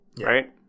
Right